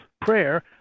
prayer